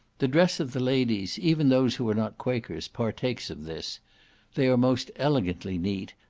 the dress of the ladies, even those who are not quakers, partakes of this they are most elegantly neat,